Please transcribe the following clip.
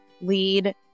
lead